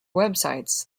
websites